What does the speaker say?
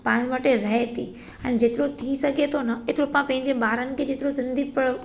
पाण वटि रहे थी जेतिरो थी सघे थो न एतिरो पाण पंहिंजे ॿारनि के सिंधी प